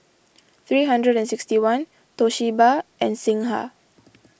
three hundred and sixty one Toshiba and Singha